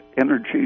energy